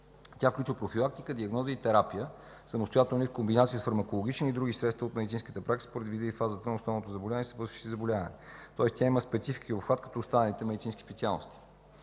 Тя включва профилактика, диагноза и терапия, самостоятелно и в комбинация с фармакологични и други средства от медицинската според вида и фазата на основното заболяване и съпътстващите заболявания. Тоест тя има специфика и обхват като останалите медицински специалности.